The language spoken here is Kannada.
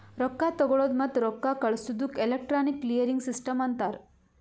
ರೊಕ್ಕಾ ತಗೊಳದ್ ಮತ್ತ ರೊಕ್ಕಾ ಕಳ್ಸದುಕ್ ಎಲೆಕ್ಟ್ರಾನಿಕ್ ಕ್ಲಿಯರಿಂಗ್ ಸಿಸ್ಟಮ್ ಅಂತಾರ್